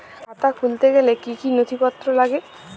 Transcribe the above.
খাতা খুলতে গেলে কি কি নথিপত্র লাগে?